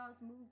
move